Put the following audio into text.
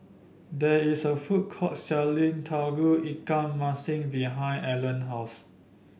there is a food court selling Tauge Ikan Masin behind Allena house